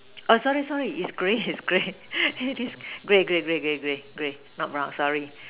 uh sorry sorry is grey is grey it is grey grey grey grey grey not brown sorry